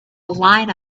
line